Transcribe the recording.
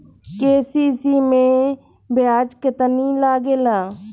KCC मै ब्याज केतनि लागेला?